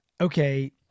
okay